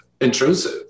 Intrusive